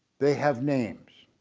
they have names.